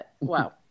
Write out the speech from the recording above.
Wow